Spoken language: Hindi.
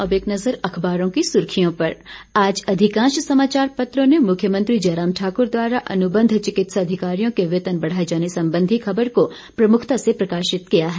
अब एक नजर अखबारों की सुर्खियों पर आज अधिकांश समाचार पत्रों ने मुख्यमंत्री जयराम ठाकुर द्वारा अनुबंध चिकित्सा अधिकारियों के वेतन बढ़ाए जाने संबंधी ख़बर को प्रमुखता से प्रकाशित किया है